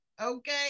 Okay